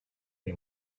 the